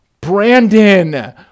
Brandon